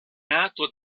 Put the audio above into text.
nato